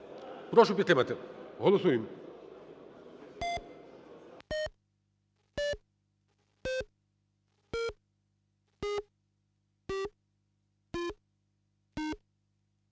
Прошу підтримати. Голосуємо.